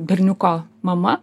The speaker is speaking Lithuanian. berniuko mama